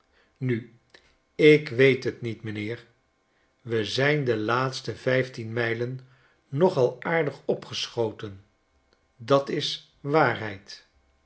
nu ik weet t niet m'nheer we zijn die laatste vijftien mijlen nogal aardig opgeschoten dat's waarheid